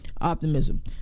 optimism